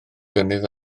gynnydd